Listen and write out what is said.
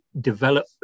develop